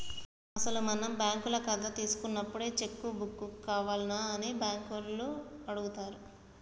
అసలు మనం బ్యాంకుల కథ తీసుకున్నప్పుడే చెక్కు బుక్కు కావాల్నా అని బ్యాంకు లోన్లు అడుగుతారు